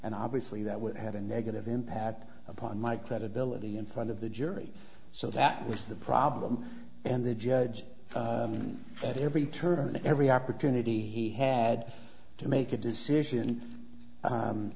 and obviously that would have a negative impact upon my credibility in front of the jury so that was the problem and the judge at every turn every opportunity he had to make a decision